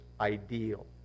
ideal